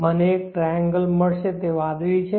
મને એક ટ્રાયેન્ગલ મળશે તે વાદળી છે